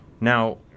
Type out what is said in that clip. Now